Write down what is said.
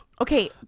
Okay